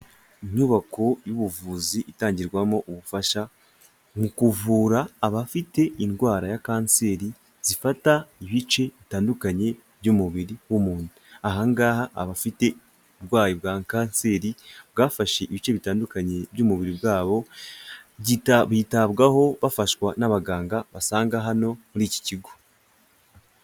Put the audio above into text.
Inyubako y'ubuvuzi itangirwamo ubufasha mu kuvura abafite indwara ya Kanseri zifata ibice bitandukanye by'umubiri w'umuntu. Aha ngaha abafite uburwayi bwa Kanseri bwafashe ibice bitandukanye by'umubiri bwabo, bitabwaho bafashwa n'abaganga basanga hano muri iki kigo.